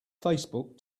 facebook